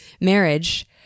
marriage